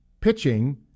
pitching